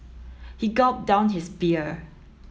he gulped down his beer